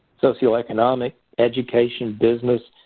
socioeconomic, education, business,